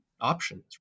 options